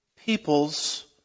peoples